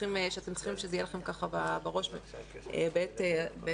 אתם צריכים שזה יהיה לכם ככה בראש בעת ההצבעה.